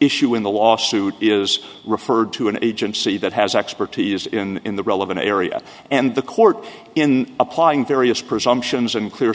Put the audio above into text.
issue in the lawsuit is referred to an agency that has expertise in the relevant area and the court in applying various presumptions and clear